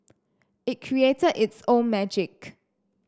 it created its own magic